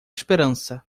esperança